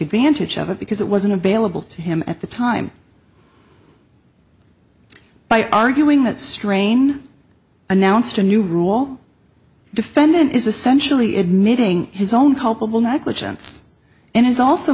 advantage of it because it wasn't available to him at the time by arguing that strain announced a new rule defendant is essentially admitting his own